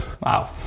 wow